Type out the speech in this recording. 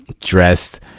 dressed